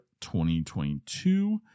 2022